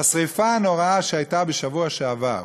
בשרפה הנוראה שהייתה בשבוע שעבר,